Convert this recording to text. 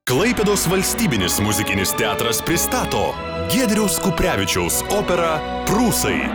klaipėdos valstybinis muzikinis teatras pristato giedriaus kuprevičiaus operą prūsai